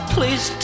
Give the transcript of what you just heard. Please